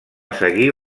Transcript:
seguir